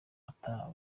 ata